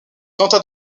tenta